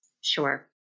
Sure